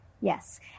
Yes